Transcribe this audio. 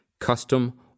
custom